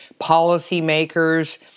policymakers